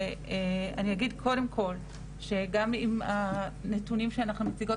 ואני אגיד קודם כל שגם אם הנתונים שאנחנו מציגות